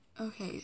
okay